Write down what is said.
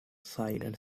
silent